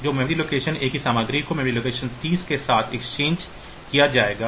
तो memory location A की सामग्री को मेमोरी लोकेशन 30 के साथ एक्सचेंज किया जाएगा